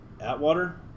Atwater